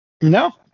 No